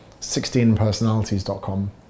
16personalities.com